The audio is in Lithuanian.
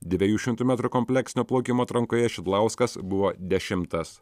dviejų šimtų metrų kompleksinio plaukimo atrankoje šidlauskas buvo dešimtas